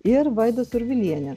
ir vaida survilienė